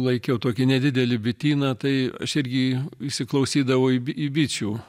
laikiau tokį nedidelį bityną tai aš irgi įsiklausydavau į bi į bičių